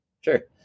Sure